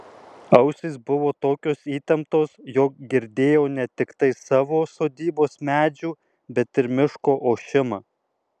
ausys buvo tokios įtemptos jog girdėjau ne tiktai savo sodybos medžių bet ir miško ošimą